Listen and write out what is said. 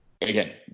again